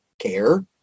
care